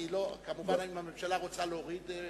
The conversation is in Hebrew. כמובן, אם הממשלה רוצה להוריד,